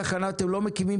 התכנון הזה הלך לאיבוד,